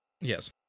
Yes